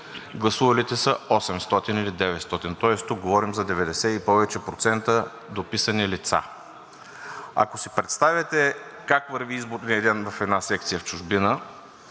гласувалите са 800 или 900, тоест тук говорим за 90 и повече процента дописани лица. Ако си представите как върви изборният ден в една секция в чужбина,